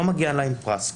לא מגיע להם פרס על זה.